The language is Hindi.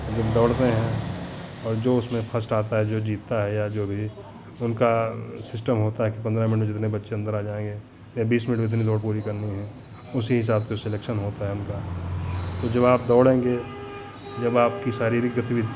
और जब दौड़ते हैं और जो उसमें फर्स्ट आता है जो जीतता है या जो भी उनका सिस्टम होता है कि पन्द्रह मिनट में जितने बच्चे अन्दर आ जाएँगे या बीस मिनट में इतनी दौड़ पूरी करनी है उसी हिसाब से सेलेक्शन होता है उनका तो जब आप दौड़ेंगे जब आपकी शारीरिक गतिविधि